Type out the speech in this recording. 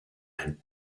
ein